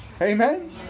amen